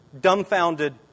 dumbfounded